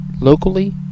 locally